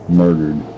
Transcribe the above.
murdered